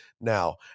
now